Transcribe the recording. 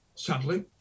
Sadly